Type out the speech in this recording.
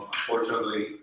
Unfortunately